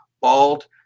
bald